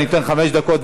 אני אעשה את זה חמש דקות.